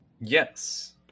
Yes